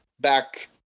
back